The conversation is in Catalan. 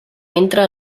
entra